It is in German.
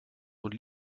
und